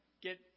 get